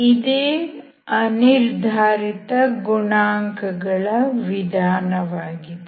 ಇದೇ ಅನಿರ್ಧಾರಿತ ಗುಣಾಂಕಗಳ ವಿಧಾನವಾಗಿದೆ